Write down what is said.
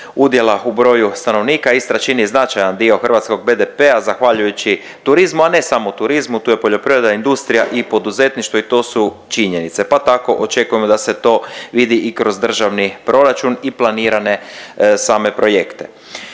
udjela u broju stanovnika. Istra čini značajan dio hrvatskog BDP-a zahvaljujući turizmu. A ne samo turizmu, tu je poljoprivreda, industrija i poduzetništvo i to su činjenice pa tako očekujemo da se to vidi i kroz državni proračun i planirane same projekte.